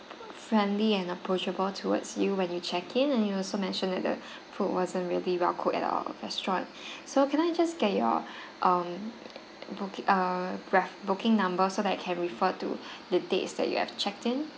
friendly and approachable towards you when you check in and you also mentioned that the food wasn't really well cooked at our restaurant so can I just get your um booki~ err ref~ booking number so that I can refer to the dates that you have checked in